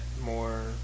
more